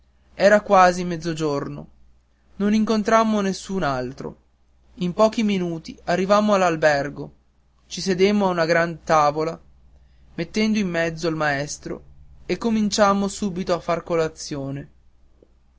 era quasi mezzogiorno non incontrammo nessun altro in pochi minuti arrivammo all'albergo ci sedemmo a una gran tavola mettendo in mezzo il maestro e cominciammo subito a far colazione